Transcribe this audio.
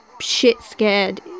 shit-scared